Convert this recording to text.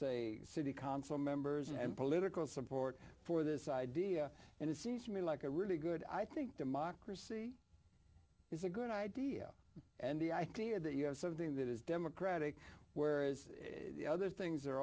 say city council members and political support for this idea and it seems to me like a really good i think democracy is a good idea and the idea that you have something that is democratic where is the other things are